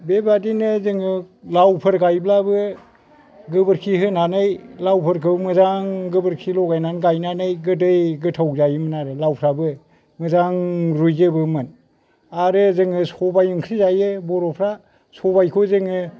बे बायदिनो जोङो लावफोर गाइब्लाबो गोबोरखि होन्नानै लाउफोरखौ मोजां गोबोरखि लगायनानै गायनानै गोदै गोथाव जायोमोन आरो लावफ्राबो मोजां रुयजोबोमोन आरो जोङो सबाय ओंख्रि जायो बर'फ्रा सबायखौ जोङो